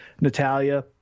Natalia